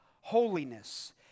holiness